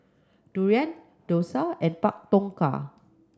Durian Dosa and Pak Thong Ka